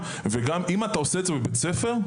וגם אם אתה עושה את זה בבית ספר,